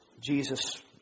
Jesus